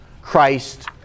Christ